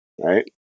Right